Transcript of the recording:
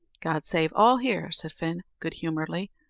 god save all here! said fin, good-humouredly,